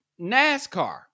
NASCAR